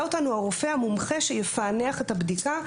אותנו הרופא המומחה שיפענח את הבדיקה,